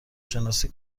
شناسی